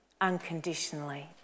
unconditionally